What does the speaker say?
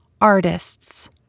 artists